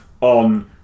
on